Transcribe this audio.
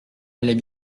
allait